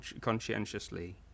conscientiously